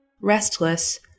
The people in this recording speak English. restless